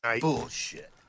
bullshit